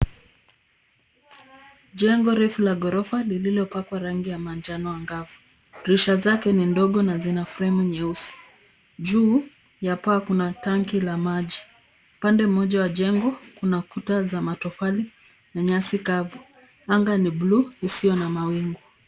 Jengo refu la ghorofa lililopakwa rangi ya manjano angavu. Dirisha zake ni ndogo na zina fremu nyeusi. Juu ya paa kuna tanki la maji. Upande mmoja wa jengo kuna kuta za matofali na nyasi kavu. Anga ni buluu isiyo na mawingu.